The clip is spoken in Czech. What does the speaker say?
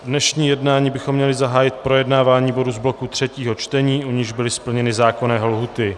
Dnešní jednání bychom měli zahájit projednáváním bodů z bloku třetího čtení, u nichž byly splněny zákonné lhůty.